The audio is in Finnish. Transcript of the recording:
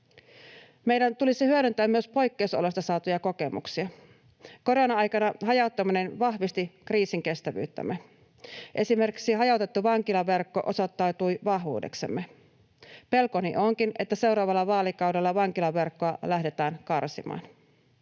Meidän tulisi hyödyntää myös poikkeusoloista saatuja kokemuksia. Korona-aikana hajauttaminen vahvisti kriisinkestävyyttämme. Esimerkiksi hajautettu vankilaverkko osoittautui vahvuudeksemme. Pelkoni onkin, että seuraavalla vaalikaudella vankilaverkkoa lähdetään karsimaan.